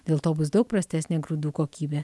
dėl to bus daug prastesnė grūdų kokybė